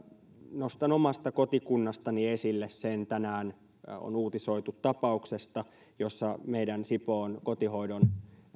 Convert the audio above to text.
nostan omasta kotikunnastani esille sen että tänään on uutisoitu tapauksesta jossa meidän sipoon kotihoidon